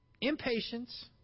impatience